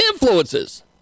influences